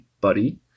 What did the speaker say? buddy